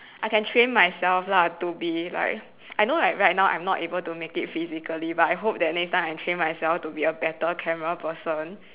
I can train myself lah to be like I know that right now I'm not able to make it physically but I hope that next time I train myself to be a better camera person